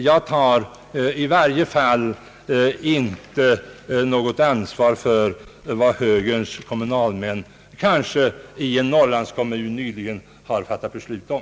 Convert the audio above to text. Jag tar i varje fall inte något ansvar för vad högerns kommunalmän, kanske i en liten norrlandskommun, har beslutat om.